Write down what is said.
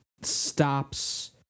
stops